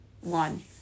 one